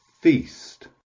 feast